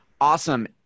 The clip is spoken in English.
Awesome